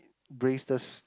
braces